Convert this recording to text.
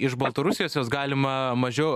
iš baltarusijos juos galima mažiau